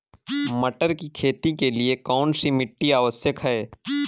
मटर की खेती के लिए कौन सी मिट्टी आवश्यक है?